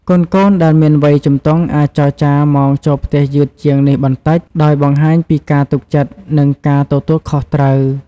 កូនៗដែលមានវ័យជំទង់អាចចរចាម៉ោងចូលផ្ទះយឺតជាងនេះបន្តិច ដោយបង្ហាញពីការទុកចិត្ត និងការទទួលខុសត្រូវ។